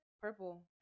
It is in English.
purple